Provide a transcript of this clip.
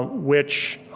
which,